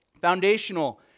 foundational